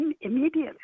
immediately